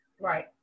Right